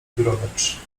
brodacz